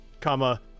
comma